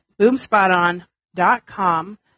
boomspoton.com